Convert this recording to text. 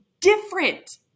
different